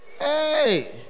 Hey